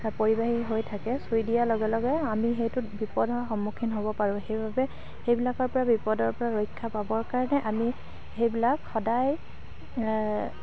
তাত পৰিবাহী হৈ থাকে চুই দিয়াৰ লগে লগে আমি সেইটোত বিপদৰ সন্মুখীন হ'ব পাৰোঁ সেইবাবে সেইবিলাকৰ পৰা বিপদৰ পৰা ৰক্ষা পাবৰ কাৰণে আমি সেইবিলাক সদায়